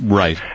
right